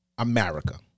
America